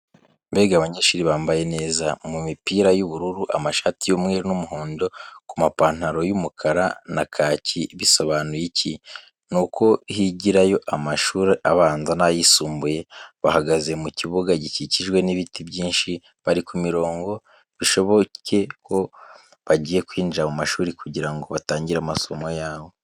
Mbega abanyeshuri bambaye neza, mu mipira y'ubururu, amashati y'umweru n'umuhondo, ku mapantaro y'umukara na kaki. Bisobanuye iki? Ni uko higirayo amashuri abanza n'ayisumbuye. Bahagaze mu kibuga gikikijwe n'ibiti byinshi bari ku mirongo, bishoboke ko bagiye kwinjira mu mashuri kugira ngo batangire amasomo yabo.